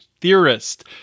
Theorist